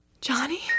johnny